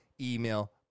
email